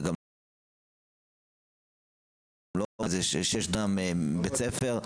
לא מדובר במבנה של שישה דונם בית ספר.